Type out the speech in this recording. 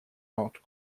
not